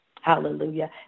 hallelujah